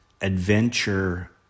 Adventure